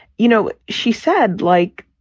you know, she said, like,